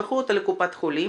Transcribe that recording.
שלחו אותו לקופת חולים